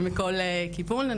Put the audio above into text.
ומכל כיוון.